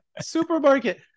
supermarket